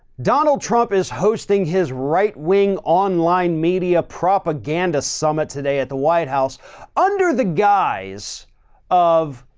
donald trump is hosting his right wing online media propaganda summit today at the white house under the guise of,